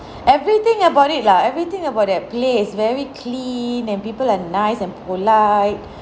everything about it lah everything about that place very clean and people are nice and polite